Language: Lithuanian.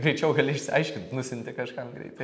greičiau gali išsiaiškint nusiunti kažkam greitai